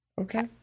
Okay